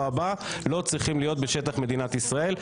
הבא לא צריכים להיות בשטח מדינת ישראל,